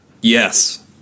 Yes